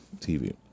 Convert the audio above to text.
TV